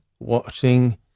Watching